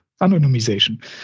anonymization